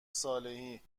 صالحی